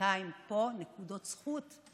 מהפוליטיקאים פה נקודות זכות.